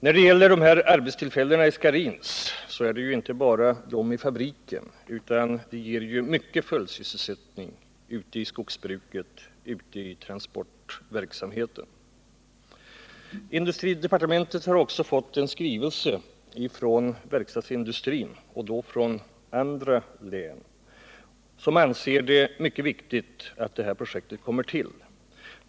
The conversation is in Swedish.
När det gäller arbetstillfällena vid Scharins är dessa inte bara en trygghet för dem som är anställda i fabriken utan även för följdsysselsättningen inom skogsbruket och transportverksamheten. Industridepartementet har fått en skrivelse från verkstadsindustrin — en verkstadsindustri från annat län. Där framgår att man anser det vara mycket viktigt att projektet Scharins får uppföras.